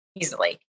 easily